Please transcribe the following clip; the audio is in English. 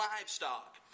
livestock